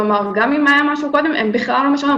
כלומר גם אם היה משהו קודם, הן בכלל לא משנות.